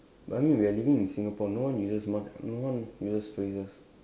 but I mean we are living in Singapore no one uses not no one uses phrases